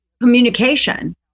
communication